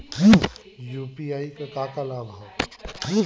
UPI क का का लाभ हव?